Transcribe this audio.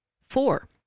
Four